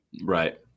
Right